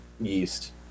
yeast